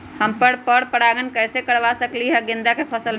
हम पर पारगन कैसे करवा सकली ह गेंदा के फसल में?